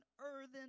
earthen